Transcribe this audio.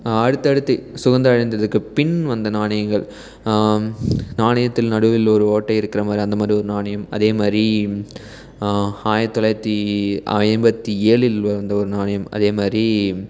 அடுத்தடுத்து சுதந்திரம் அடைந்ததுக்கு பின் வந்த நாணயங்கள் நாணயத்தில் நடுவில் ஒரு ஓட்டை இருக்கிற மாதிரி அந்த மாதிரி ஒரு நாணயம் அதே மாதிரி ஆயிரத்து தொள்ளாயிரத்தி ஐம்பத்து ஏழில் வந்த ஒரு நாணயம் அதே மாதிரி